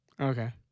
Okay